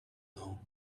know